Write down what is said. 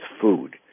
food